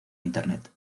internet